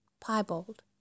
piebald